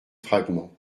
fragments